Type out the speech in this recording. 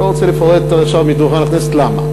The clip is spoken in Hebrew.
אני לא רוצה לפרט עכשיו מדוכן הכנסת למה.